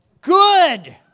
Good